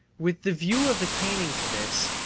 with the view of attaining to this,